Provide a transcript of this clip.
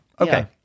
Okay